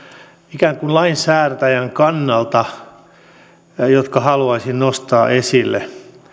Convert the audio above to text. ikään kuin lainsäätäjän kannalta jotka haluaisin nostaa esille